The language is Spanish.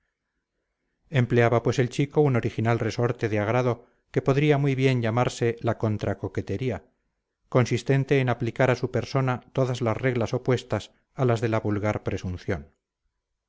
empleaba pues el chico un original resorte de agrado que podría muy bien llamarse la contra coquetería consistente en aplicar a su persona todas las reglas opuestas a las de la vulgar presunción